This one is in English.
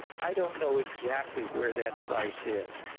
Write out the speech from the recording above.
i don't know exactly where that price is.